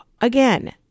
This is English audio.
again